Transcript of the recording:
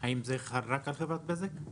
האם זה חל רק על חברת בזק?